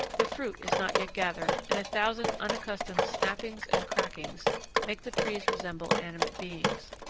the fruit is not yet gathered, and a thousand unaccustomed snappings and crackings make the trees resemble animate beings.